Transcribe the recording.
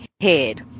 head